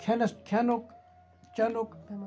کھیٚنَس کھیٚنُک چٮ۪نُک